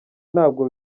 ntabwo